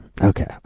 Okay